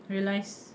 realise